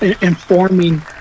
informing